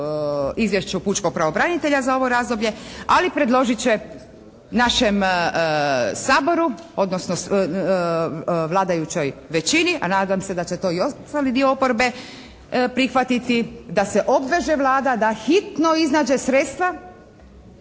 izvješću pučkog pravobranitelja za ovo razdoblje, ali predložit će našem Saboru, odnosno vladajućoj većini, a nadam se da će i ostali dio oporbe prihvatiti da se obveže Vlada da hitno iznađe sredstva